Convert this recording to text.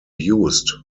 used